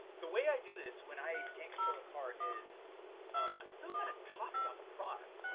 the way i do this when i can't control the cart is i'm still gonna talk about the product.